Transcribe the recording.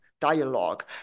dialogue